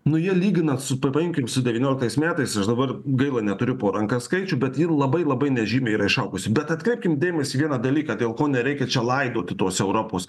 nu jie lyginant su paimkim su devynioliktais metais aš dabar gaila neturiu po ranka skaičių bet ji labai labai nežymiai yra išaugusi bet atkreipkim dėmesį į vieną dalyką dėl ko nereikia čia laidoti tos europos